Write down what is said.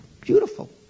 beautiful